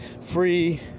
free